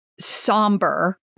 somber